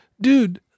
dude